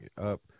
up